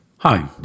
Hi